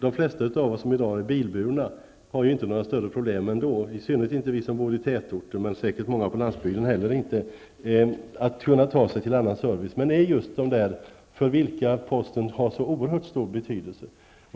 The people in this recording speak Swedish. De flesta av oss är i dag bilburna och har ändå inte några större problem -- i synnerhet inte vi som bor i tätorter, men säkert inte heller många på landsbygden -- att ta sig till annan service. Men sedan finns det då de som inte kan det och för vilka posten har så oerhörd stor betydelse.